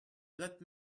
let